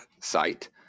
site